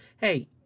hey